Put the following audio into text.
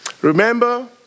Remember